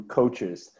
coaches